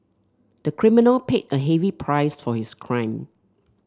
the criminal paid a heavy price for his crime